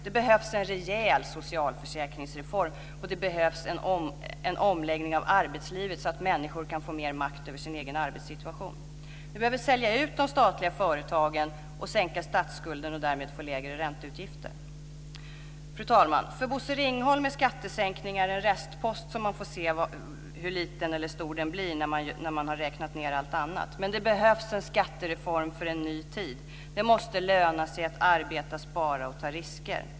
Det behövs en rejäl socialförsäkringsreform och det behövs en omläggning av arbetslivet så att människor kan få mer makt över sin egen arbetssituation. Vi behöver sälja ut de statliga företagen och sänka statsskulden för att därmed få lägre ränteutgiftter. Fru talman! För Bosse Ringholm är skattesänkningar en restpost som man får se hur liten eller stor den blir när man har räknat med allt annat. Men det behövs en skattereform för en ny tid. Det måste löna sig att arbeta, spara och ta risker.